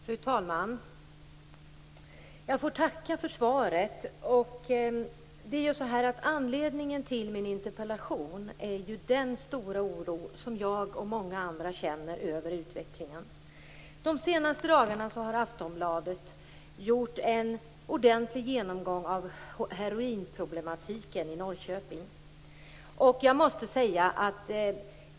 Fru talman! Jag får tacka för svaret. Anledningen till att jag har framställt min interpellation är den stora oro som jag och många andra känner över utvecklingen. De senaste dagarna har Aftonbladet haft en ordentlig genomgång av heroinproblemen i Norrköping.